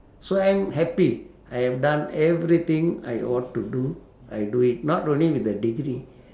so I'm happy I have done everything I ought to do I do it not only with a degree